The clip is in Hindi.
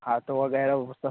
हाथ वगैरह वह सब